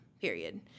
period